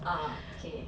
ah okay